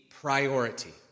priority